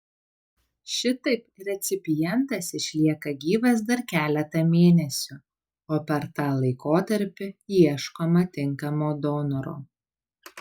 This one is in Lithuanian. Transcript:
šitaip recipientas išlieka gyvas dar keletą mėnesių o per tą laikotarpį ieškoma tinkamo donoro